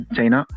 China